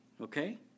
okay